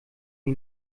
die